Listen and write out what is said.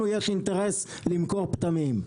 לנו יש אינטרס למכור פטמים.